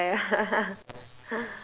ya ya ya